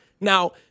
Now